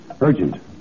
Urgent